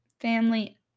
family